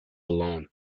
alone